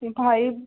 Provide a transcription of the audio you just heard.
five